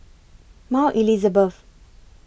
Mount Elizabeth